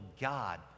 God